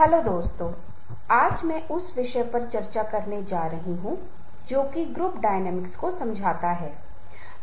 एक दिलचस्प विषय है और वह है नेतृत्व लीडरशिप Leadership और दूसरों को प्रेरित करना